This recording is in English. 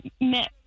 met